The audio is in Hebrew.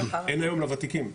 אין היום לותיקים.